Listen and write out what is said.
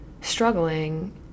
struggling